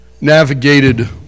navigated